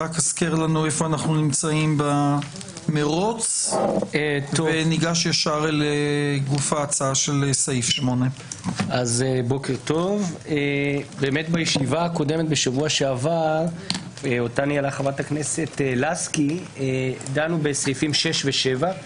הזכר לנו היכן אנחנו נמצאים במרוץ וניגש ישר לגוף ההצעה של סעיף 8. בישיבה הקודמת בשבוע שעבר אותה ניהלה חברת הכנסת לסקי דנו בסעיפים 6 ו-7,